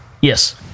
Yes